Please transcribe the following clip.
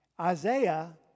Isaiah